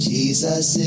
Jesus